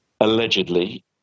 allegedly